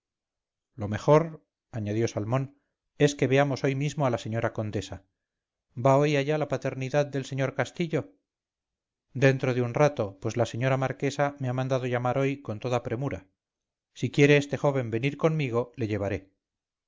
lo mejor añadió salmón es que veamos hoy mismo a la señora condesa va hoy allá la paternidad del sr castillo dentro de un rato pues la señora marquesa me ha mandado llamar hoy con toda premura si quiere este joven venir conmigo le llevaré